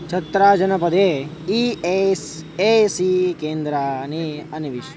छत्राजनपदे E S A C केन्द्राणि अन्विष